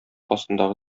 астындагы